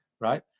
right